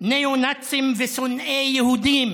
ניאו-נאצים ושונאי יהודים